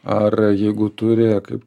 ar jeigu turi kaip